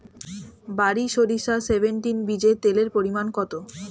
বারি সরিষা সেভেনটিন বীজে তেলের পরিমাণ কত?